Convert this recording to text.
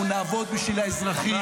אנחנו נעבוד בשביל האזרחים.